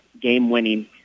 game-winning